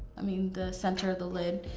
i mean the center of the lid,